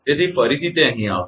તેથી ફરીથી તે અહીં આવશે